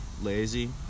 lazy